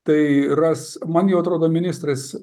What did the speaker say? tai ras man jau atrodo ministras